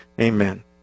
Amen